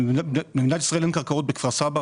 למדינת ישראל אין קרקעות בכפר סבא,